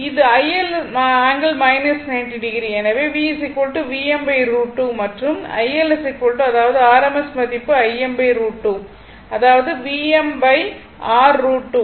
இது iL ∠ 90o எனவே V Vm √ 2 மற்றும் iL அதாவது rms மதிப்பு Im √ 2 அதாவது Vm r √ 2